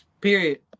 Period